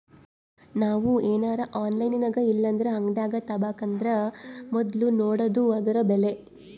ನಾವು ಏನರ ಆನ್ಲೈನಿನಾಗಇಲ್ಲಂದ್ರ ಅಂಗಡ್ಯಾಗ ತಾಬಕಂದರ ಮೊದ್ಲು ನೋಡಾದು ಅದುರ ಬೆಲೆ